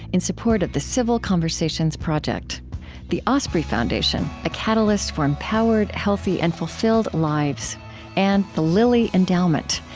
in support of the civil conversations project the osprey foundation a catalyst for empowered, healthy, and fulfilled lives and the lilly endowment,